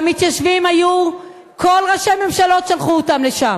והמתיישבים היו, כל ראשי הממשלות שלחו אותם לשם.